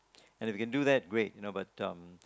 and if you can do that great you know but um